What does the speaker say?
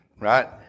right